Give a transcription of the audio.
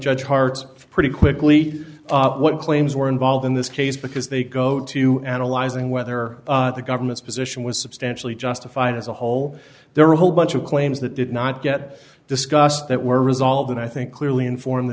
judge hearts pretty quickly what claims were involved in this case because they go to analyzing whether or not the government's position was substantially justified as a whole there are a whole bunch of claims that did not get discussed that were resolved and i think clearly inform the